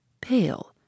pale